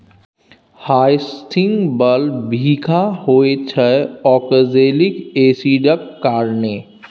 hyacinth bulb बिखाह होइ छै आक्जेलिक एसिडक कारणेँ